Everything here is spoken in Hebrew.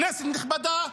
כנסת נכבדה,